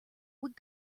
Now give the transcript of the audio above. would